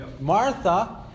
Martha